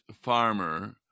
farmer